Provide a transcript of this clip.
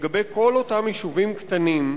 לגבי כל אותם יישובים קטנים,